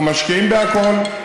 אנחנו משקיעים בכול.